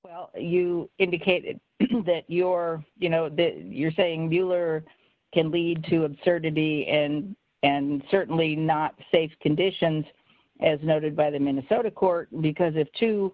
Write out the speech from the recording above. well you indicated that your you know that you're saying bueller can lead to absurdity and and certainly not safe conditions as noted by the minnesota court because it t